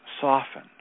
Soften